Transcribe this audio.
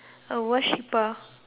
per